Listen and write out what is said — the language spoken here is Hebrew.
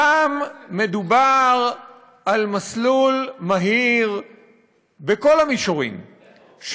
שם מדובר על מסלול מהיר בכל המישורים.